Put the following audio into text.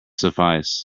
suffice